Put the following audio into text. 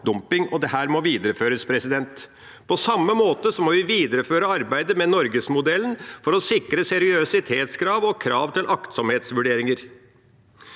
dumping. Dette må videreføres. På samme måte må vi videreføre arbeidet med norgesmodellen for å sikre seriøsitetskrav og krav til aktsomhetsvurderinger.